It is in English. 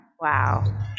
Wow